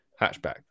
hatchback